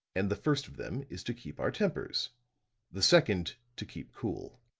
and the first of them is to keep our tempers the second to keep cool.